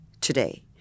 today